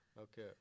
Okay